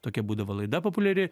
tokia būdavo laida populiari